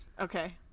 Okay